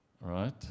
Right